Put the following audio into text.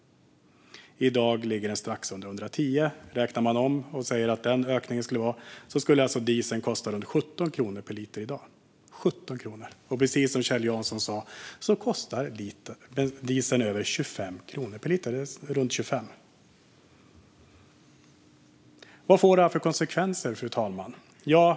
I dag ligger det strax under 110. Räknar man om enligt den ökningen skulle dieseln kosta runt 17 kronor per liter i dag. Men som Kjell Jansson sa kostar dieseln runt 25 kronor per liter. Vad får då det här för konsekvenser, fru talman?